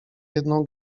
jedną